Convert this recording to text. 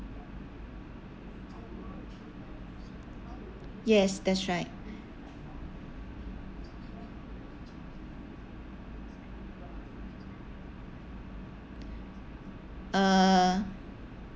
yes that's right uh